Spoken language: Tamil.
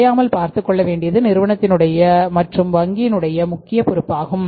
குறையாமல் பார்த்துக் கொள்ள வேண்டியது நிறுவனத்தின் உடைய மற்றும் வங்கி என்னுடைய முக்கிய பொறுப்பாகும்